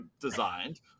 designed